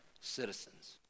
citizens